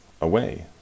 away